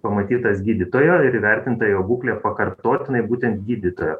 pamatytas gydytojo ir įvertinta jo būklė pakartotinai būtent gydytojo